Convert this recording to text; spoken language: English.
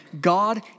God